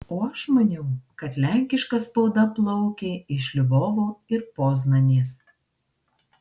o aš maniau kad lenkiška spauda plaukė iš lvovo ir poznanės